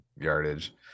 yardage